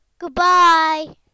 Goodbye